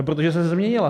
Protože se změnila.